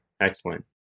Excellent